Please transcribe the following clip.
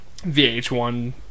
VH1